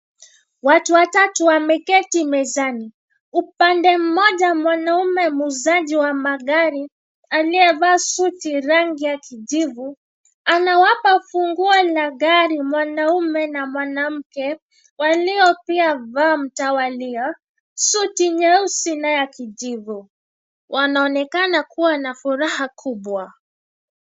Watu watatu wameketi mezani, upande mmoja mwanaume muuzaji wa magari, aliyevaa suti rangi ya kijivu, anawapa funguo la gari mwanaume na mwanamke, walio pia vaa mtawalia, suti nyeusi na ya kijivu, wanaonekana kuwa na furaha kubwa.